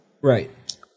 Right